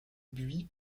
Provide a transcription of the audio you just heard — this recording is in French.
buis